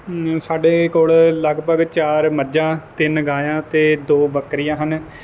ਸਾਡੇ ਕੋਲ ਲਗਭਗ ਚਾਰ ਮੱਝਾ ਤਿੰਨ ਗਾਈਆਂ ਅਤੇ ਦੋ ਬਕਰੀਆਂ ਹਨ